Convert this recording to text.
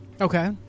Okay